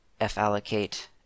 f-allocate